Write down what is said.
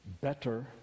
better